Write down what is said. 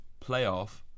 playoff